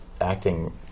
acting